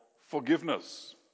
forgiveness